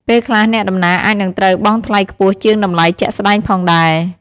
ពេលខ្លះអ្នកដំណើរអាចនឹងត្រូវបង់ថ្លៃខ្ពស់ជាងតម្លៃជាក់ស្តែងផងដែរ។